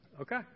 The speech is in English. okay